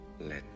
let